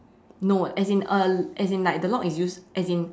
no as in uh as in like the lock is used as in